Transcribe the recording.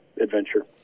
adventure